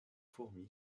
fourmi